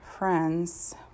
friends